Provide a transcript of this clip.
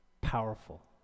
powerful